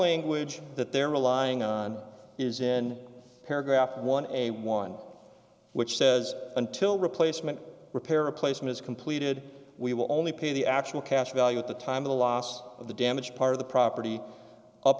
a that they're relying on is in paragraph one a one which says until replacement repair replacement is completed we will only pay the actual cash value at the time of the loss of the damaged part of the property up